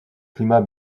climat